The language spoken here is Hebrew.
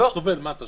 הוא סובל, מסכן.